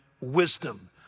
wisdom